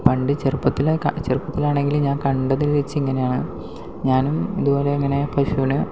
പണ്ട് ചെറുപ്പത്തില് ചെറുപ്പത്തിലാണെങ്കിലും ഞാൻ കണ്ടതിൽ വെച്ച് ഇങ്ങനെയാണ് ഞാനും ഇതുപോലെയിങ്ങനെ പശുവിനെ